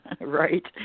Right